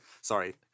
Sorry